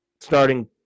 starting